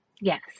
Yes